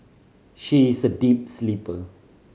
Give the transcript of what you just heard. she is a deep sleeper